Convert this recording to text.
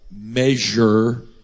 measure